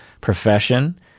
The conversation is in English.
profession